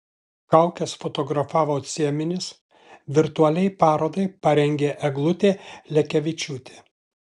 kaukes fotografavo cieminis virtualiai parodai parengė eglutė lekevičiūtė